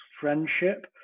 friendship